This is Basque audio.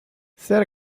zer